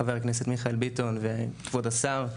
חבר הכנסת מיכאל ביטון וכבוד השר.